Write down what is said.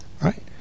right